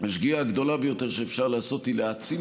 השגיאה הגדולה ביותר שאפשר לעשות היא להעצים